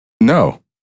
No